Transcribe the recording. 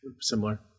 Similar